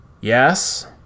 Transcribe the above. Yes